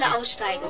aussteigen